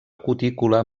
cutícula